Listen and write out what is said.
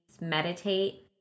meditate